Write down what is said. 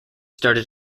started